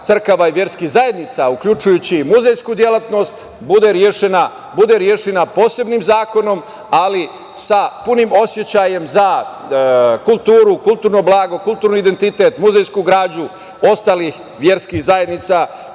crkava i verskih zajednica uključujući i muzejsku delatnost bude rešena posebnim zakonom, ali sa punim osećajem za kulturu, kulturno blago, kulturni identitet, muzejsku građu, ostalih verskih zajednica